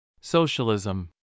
Socialism